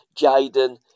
Jaden